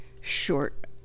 short